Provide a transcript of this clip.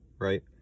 right